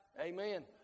amen